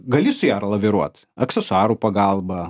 gali su ja laviruot aksesuarų pagalba